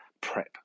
prep